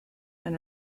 and